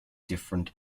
different